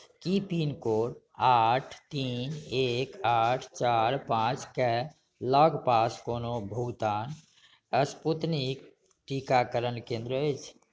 की pin code आठ तीन एक आठ चारि पाँचके लगपास कोनो भुगतान स्पूतनिक टीकाकरण केन्द्र अछि